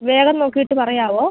വേഗം നോക്കിയിട്ട് പറയാമോ